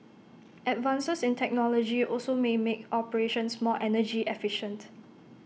advances in technology also may make operations more energy efficient